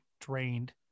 drained